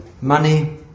money